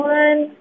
one